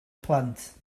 plant